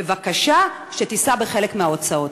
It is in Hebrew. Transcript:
בבקשה, שתישא בחלק מההוצאות.